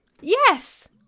Yes